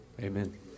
Amen